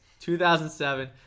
2007